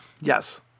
Yes